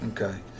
okay